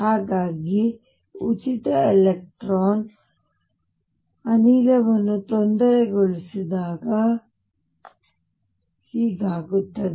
ಹಾಗಾಗಿ ನಾನು ಈ ಉಚಿತ ಎಲೆಕ್ಟ್ರಾನ್ ಅನಿಲವನ್ನು ತೊಂದರೆಗೊಳಿಸಿದಾಗ ಹೀಗಾಗುತ್ತದೆ